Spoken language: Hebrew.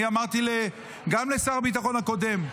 אני אמרתי גם לשר הביטחון הקודם,